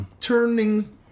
turning